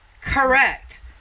Correct